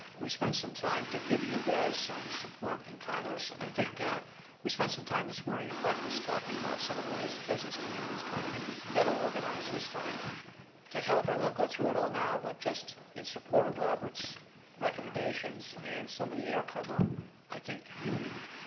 we spent some time to give you guys some support in congress. and i think ah we spent some time this morning at breakfast talking about some of the ways the business community is trying to get better organized this time to help. i won't go through it all now, but just in support of robert's recommendations, and some of the air cover i think you need,